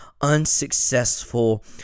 unsuccessful